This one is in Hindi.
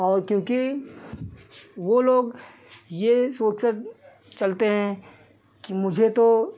और क्योंकि वह लोग यह सोचकर चलते हैं कि मुझे तो